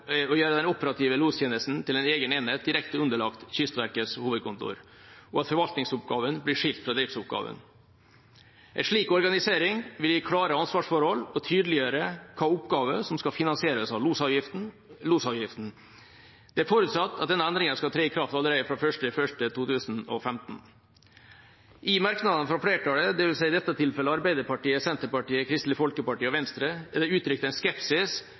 å gjøre den operative lostjenesten til en egen enhet direkte underlagt Kystverkets hovedkontor og at forvaltningsoppgavene blir skilt fra driftsoppgavene. En slik organisering vil gi klare ansvarsforhold og tydeliggjøre hvilke oppgaver som skal finansieres av losavgiftene. Det er forutsatt at denne endringen skal tre i kraft allerede fra 1. januar 2015. I merknadene fra flertallet, i dette tilfellet Arbeiderpartiet, Senterpartiet, Kristelig Folkeparti og Venstre, er det uttrykt en skepsis